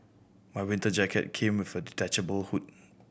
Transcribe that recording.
my winter jacket came with a detachable hood